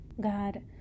God